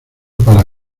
para